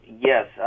Yes